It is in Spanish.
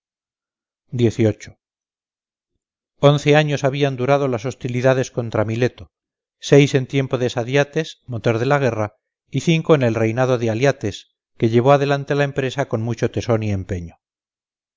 frutos once años habían durado las hostilidades contra mileto seis en tiempo de sadyates motor de la guerra y cinco en el reinado de aliates que llevó adelante la empresa con mucho tesón y empeño